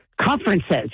conferences